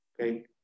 Okay